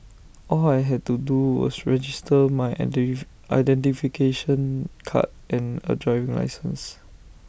all I had to do was register my identification card and A driving licence